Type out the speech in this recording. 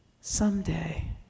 someday